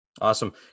Awesome